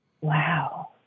Wow